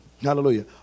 Hallelujah